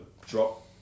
drop